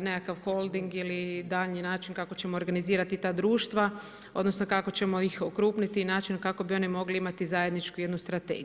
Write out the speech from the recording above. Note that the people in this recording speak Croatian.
nekakav holding ili daljnji način kako ćemo organizirati ta društva, odnosno, kako ćemo ih okrupniti i način kako bi oni mogli imati zajednički jednu strategiju.